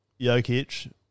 Jokic